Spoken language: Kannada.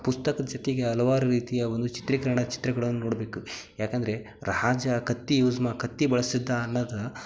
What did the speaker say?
ಪುಸ್ತಕದ ಜೊತೆಗೆ ಹಲವಾರು ರೀತಿಯ ಒಂದು ಚಿತ್ರೀಕರಣ ಚಿತ್ರಗಳನ್ನು ನೋಡಬೇಕು ಯಾಕೆಂದ್ರೆ ರಾಜ ಕತ್ತಿ ಯೂಸ್ ಮಾ ಕತ್ತಿ ಬಳಸಿದ್ದ ಅನ್ನೋದು